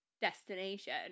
destination